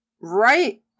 Right